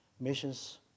missions